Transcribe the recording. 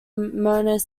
mona